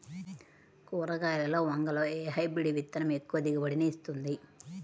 కూరగాయలలో వంగలో ఏ హైబ్రిడ్ విత్తనం ఎక్కువ దిగుబడిని ఇస్తుంది?